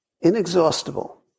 Inexhaustible